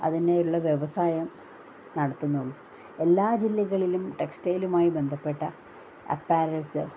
അതിനായുള്ള വ്യവസായം നടത്തുന്നൊളളൂ എല്ലാ ജില്ലകളിലും ടെക്സ്റ്റൈലുമായി ബന്ധപ്പെട്ട അപ്പാരൽസ്